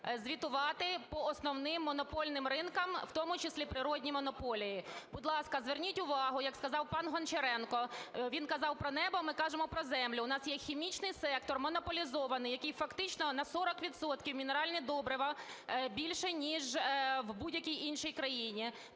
звітувати по основним монопольним ринкам, в тому числі природні монополії. Будь ласка, зверніть увагу, як сказав пан Гончаренко. Він казав про небо. Ми кажемо про землю. У нас є хімічний сектор монополізований, який, фактично, на 40 відсотків мінеральні добрива більше ніж в будь-якій іншій країні.